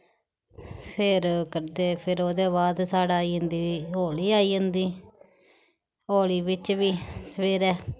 फिर करदे फिर ओह्दे बाद साढ़ै आई जंदी होली आई जंदी होली बिच्च बी सवेरै